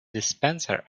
dispenser